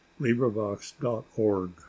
LibriVox.org